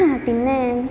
പിന്നെ